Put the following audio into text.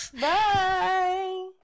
Bye